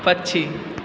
पक्षी